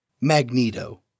Magneto